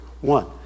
One